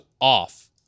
off